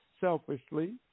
selfishly